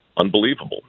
unbelievable